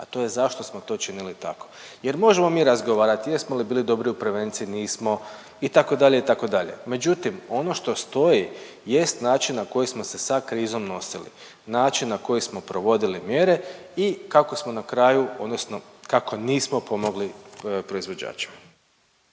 a to je zašto smo to činili tako. Jer možemo mi razgovarati jesmo li bili dobri u prevenciji, nismo itd., itd., međutim ono što stoji jest način na koji smo se sa krizom nosili, način na koji smo provodili mjere i kako smo na kraju odnosno kako nismo pomogli proizvođačima.